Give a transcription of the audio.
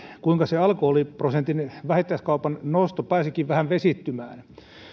kuinka se alkoholiprosentin vähittäiskaupan nosto pääsikin vähän vesittymään